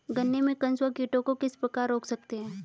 गन्ने में कंसुआ कीटों को किस प्रकार रोक सकते हैं?